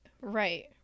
Right